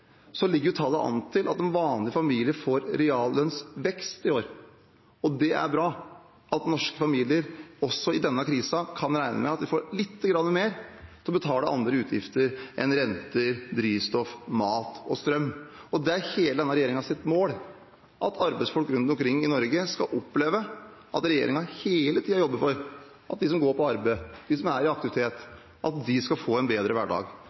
ligger tallet an til at en vanlig familie får reallønnsvekst i år. Det er bra at norske familier også i denne krisen kan regne med at de får lite grann mer til å betale andre utgifter enn renter, drivstoff, mat og strøm. Det er denne regjeringenes mål at arbeidsfolk rundt omkring i Norge skal oppleve at regjeringen hele tiden jobber for at de som går på arbeid, de som er i aktivitet, skal få en bedre hverdag.